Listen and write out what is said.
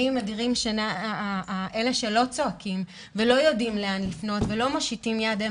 מדירים שינה מעיני אלה שלא צועקים ולא יודעים לאן לפנות ולא מושיטים יד.